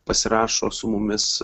pasirašo su mumis